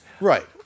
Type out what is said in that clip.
Right